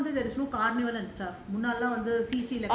but now that we இப்போ எல்லா வந்து:ippo ella vanthu there's no carnival and stuff